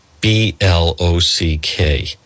B-L-O-C-K